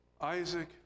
Isaac